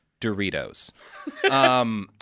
Doritos